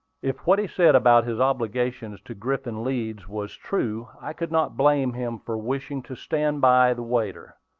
if what he said about his obligations to griffin leeds was true, i could not blame him for wishing to stand by the waiter.